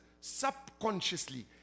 subconsciously